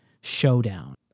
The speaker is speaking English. showdown